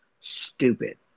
stupid